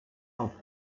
auf